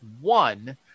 one